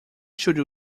should